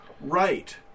right